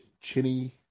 chinny